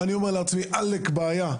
אני אומר לעצמי: עאלק בעיה.